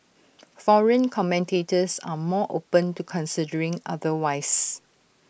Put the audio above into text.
foreign commentators are more open to considering otherwise